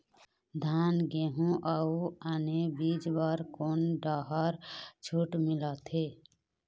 धान गेहूं अऊ आने बीज बर कोन डहर छूट मिलथे?